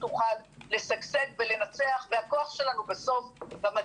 תוכל לשגשג ולנצח והכוח שלנו בסוף הוא בזה.